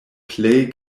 plej